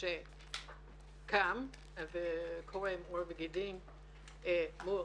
שקם וקורם עור וגידים מול